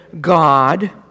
God